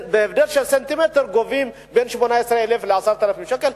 בהבדל של סנטימטר גובים בין 18,000 ל-10,000 שקל,